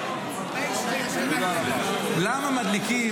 למה מדליקים,